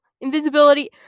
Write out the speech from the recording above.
invisibility